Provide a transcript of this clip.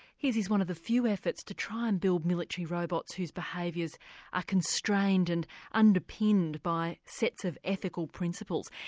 his is one of the few efforts to try and build military robots whose behaviours are constrained and underpinned by sets of ethical principles.